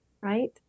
right